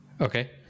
Okay